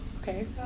Okay